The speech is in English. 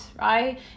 right